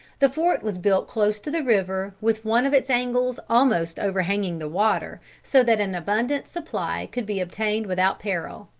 the fort was built close to the river, with one of its angles almost overhanging the water, so that an abundant supply could be obtained without peril.